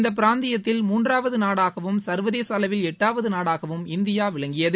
இந்த பிராந்தியாத்தில் மூன்றாவது நாடாகவும் சா்வதேச அளவில் எட்டாவது நாடாகவும் இந்தியா விளங்கியது